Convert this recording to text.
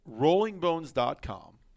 Rollingbones.com